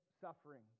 suffering